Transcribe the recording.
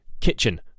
kitchen